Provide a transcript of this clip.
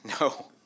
No